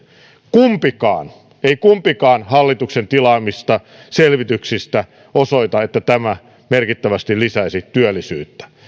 kumpikaan kumpikaan hallituksen tilaamista selvityksistä ei osoita että tämä merkittävästi lisäisi työllisyyttä